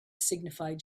signified